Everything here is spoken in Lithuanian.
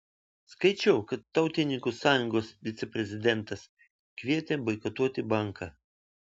skaičiau kad tautininkų sąjungos viceprezidentas kvietė boikotuoti banką